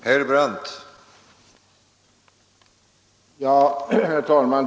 Herr talman!